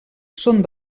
són